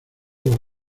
los